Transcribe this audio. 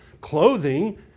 clothing